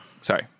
sorry